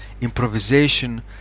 improvisation